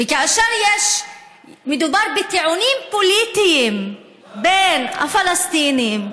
וכאשר מדובר בטיעונים פוליטיים בין הפלסטינים,